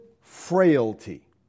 frailty